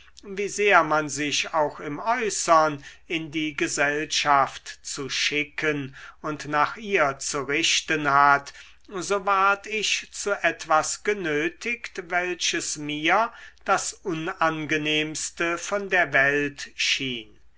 wie sehr man sich auch im äußern in die gesellschaft zu schicken und nach ihr zu richten hat so ward ich zu etwas genötigt welches mir das unangenehmste von der welt schien